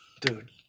Dude